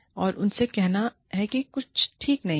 और उनसे कहना कि कुछ ठीक नहीं है